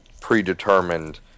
predetermined